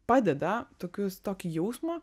padeda tokius tokį jausmą